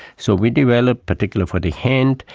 so we developed particularly for the hand,